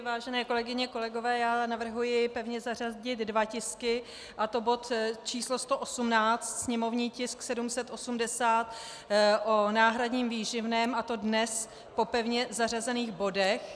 Vážené kolegyně, kolegové, já navrhuji pevně zařadit dva tisky, a to bod č. 118, sněmovní tisk 780, o náhradním výživném, a to dnes po pevně zařazených bodech.